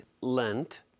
Lent